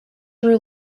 your